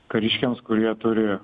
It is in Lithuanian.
kariškiams kurie turi